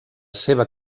seva